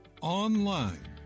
Online